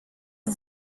the